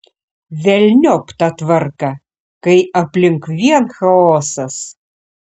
velniop tą tvarką kai aplink vien chaosas